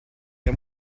der